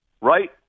right